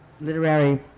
literary